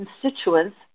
constituents